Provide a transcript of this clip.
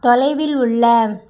தொலைவில் உள்ள